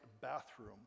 bathroom